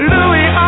Louis